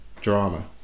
drama